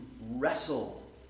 wrestle